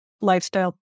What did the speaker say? lifestyle